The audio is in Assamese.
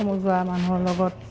সমজুৱা মানুহৰ লগত